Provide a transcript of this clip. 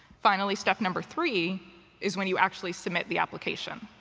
finally, step number three is when you actually submit the application.